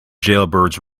jailbirds